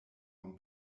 von